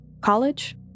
college